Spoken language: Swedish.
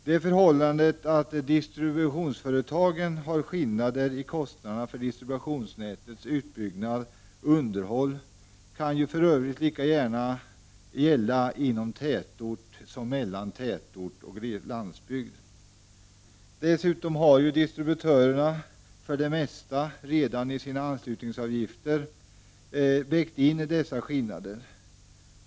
Det förhållandet att distributionsföretagen har skillnader i kostnaderna för distributionsnätets utbyggnad och underhåll kan ju för övrigt lika gärna gälla inom en tätort som mellan tätort och landsbygd. Dessutom har distributörerna för det mesta redan i sina anslutningsavgifter vägt in dessa skillnader.